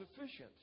sufficient